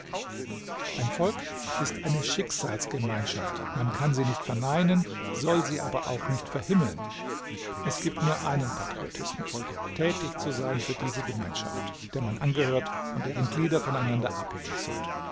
ein volk ist eine schicksalsgemeinschaft man kann sie nicht verneinen soll sie aber auch nicht verhimmeln es gibt nur einen patriotismus tätig zu sein für diese gemeinschaft der man angehört und deren glieder voneinander abhängig sind